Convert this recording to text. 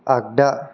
आगदा